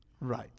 Right